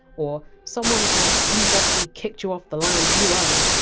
or someone had unjustly kicked you off the land you owned,